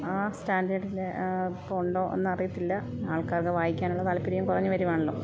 ആ സ്റ്റാൻഡേർഡിൽ ഇപ്പോൾ ഉണ്ടോ എന്ന് അറിയത്തില്ല ആൾക്കാർക്ക് വായിക്കാനുള്ള താല്പര്യം കുറഞ്ഞു വരുവാണല്ലോ